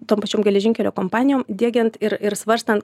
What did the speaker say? tom pačiom geležinkelio kompanijom diegiant ir ir svarstant